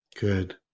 Good